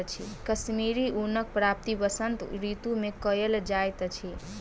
कश्मीरी ऊनक प्राप्ति वसंत ऋतू मे कयल जाइत अछि